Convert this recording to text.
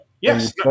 Yes